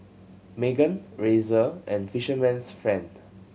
Megan Razer and Fisherman's Friend